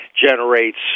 generates